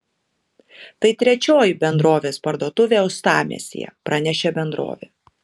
tai trečioji bendrovės parduotuvė uostamiestyje pranešė bendrovė